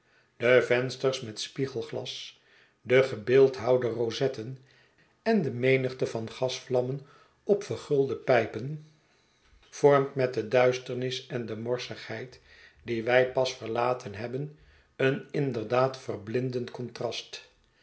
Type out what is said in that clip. de vensters met spiegelglas en gebeeldhouwde rosetten en de menigte van gasvlammen op vergulde pijpen vormt met de duisternis en de morsigheid die wij pas verlaten hebben een inderdaad verblindend contrast